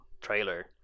trailer